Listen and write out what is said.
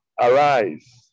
Arise